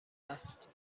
است